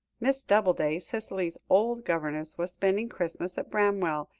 miss doubleday, cicely's old governess, was spending christmas at bramwell,